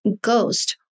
ghost